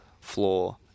floor